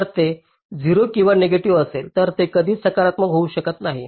तर ते 0 किंवा नेगेटिव्ह असेल तर ते कधीही सकारात्मक होऊ शकत नाही